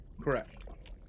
Correct